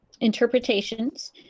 interpretations